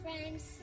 friends